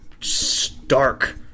stark